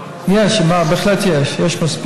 בהחלט יש.